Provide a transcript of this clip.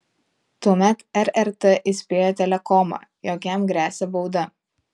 tuomet rrt įspėjo telekomą jog jam gresia bauda